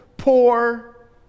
poor